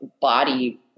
body